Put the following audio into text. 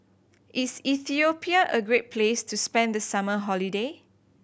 is Ethiopia a great place to spend the summer holiday